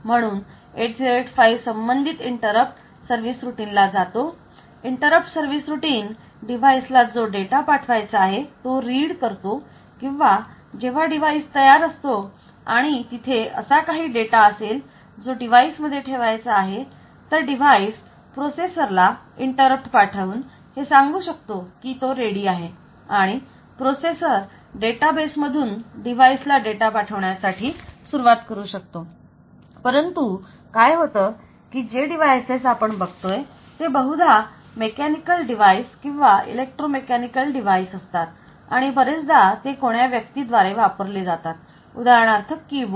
म्हणून 8085 संबंधित interrupt service routine ला जातो इंटरप्ट सर्विस रुटीन डिवाइस ला जो डेटा पाठवायचा आहे तो read करतो किंवा जेव्हा डिवाइस तयार असतो आणि तिथे असा काही डेटा असेल जो डिवाइस मध्ये ठेवायचा आहे तर डिवाइस प्रोसेसर ला इंटरप्ट पाठवून हे सांगू शकतो की तो तयार आहे आणि प्रोसेसर डेटाबेस मधून डिवाइस ला डेटा पाठवण्यासाठी सुरुवात करू शकतो परंतु काय होतं की जे डिव्हायसेस आपण बघतोय ते बहुधा मेकॅनिकल डिवाइस किंवा इलेक्ट्रो मेकॅनिकल डिवाइस असतात आणि बरेचदा ते कोण्या व्यक्ती द्वारे वापरले जातात उदाहरणार्थ कीबोर्ड